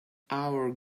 hour